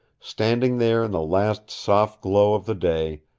standing there in the last soft glow of the day,